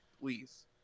please